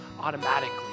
automatically